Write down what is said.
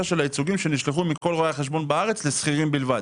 של הייצוגים שנשלחו מכל רואי החשבון בארץ לשכירים בלבד?